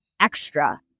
extra